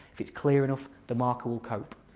if it's clear enough the marker will cope.